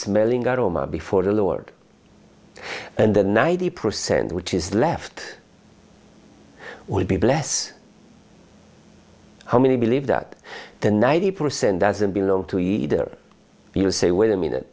smelling aroma before the lord and the ninety percent which is left will be less how many believe that the ninety percent doesn't belong to either you say wait a minute